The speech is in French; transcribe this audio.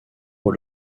pour